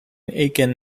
aachen